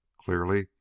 Clearly